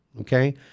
okay